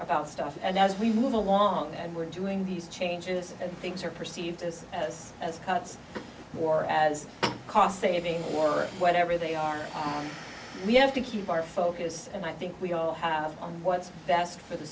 about stuff and as we move along and we're doing these changes and things are perceived as as cuts or as cost savings or whatever they are we have to keep our focus and i think we all have what's best for the